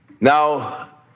Now